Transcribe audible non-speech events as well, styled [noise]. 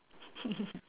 [laughs]